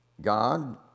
God